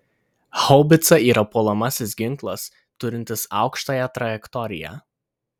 haubica yra puolamasis ginklas turintis aukštąją trajektoriją